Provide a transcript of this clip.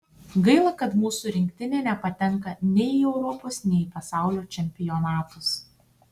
gaila kad mūsų rinktinė nepatenka nei į europos nei į pasaulio čempionatus